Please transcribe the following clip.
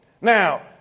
Now